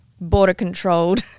border-controlled